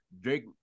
Drake